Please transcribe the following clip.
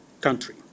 country